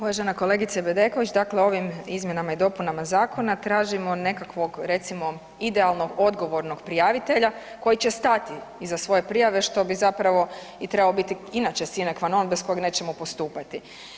Uvažena kolegice Bedeković, dakle ovim izmjenama i dopunama zakona tražimo nekakvog recimo idealnog odgovornog prijavitelja koji će stati iza svoje prijave što bi zapravo trebao biti sine qua non bez kojeg nećemo postupati.